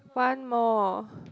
one more